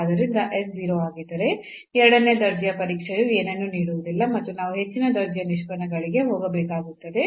ಆದ್ದರಿಂದ s 0 ಆಗಿದ್ದರೆ ಎರಡನೇ ದರ್ಜೆಯ ಪರೀಕ್ಷೆಯು ಏನನ್ನೂ ನೀಡುವುದಿಲ್ಲ ಮತ್ತು ನಾವು ಹೆಚ್ಚಿನ ದರ್ಜೆಯ ನಿಷ್ಪನ್ನಗಳಿಗೆ ಹೋಗಬೇಕಾಗುತ್ತದೆ